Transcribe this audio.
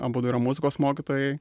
abudu yra muzikos mokytojai